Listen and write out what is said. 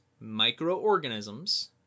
microorganisms